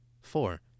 Four